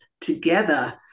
together